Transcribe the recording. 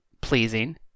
pleasing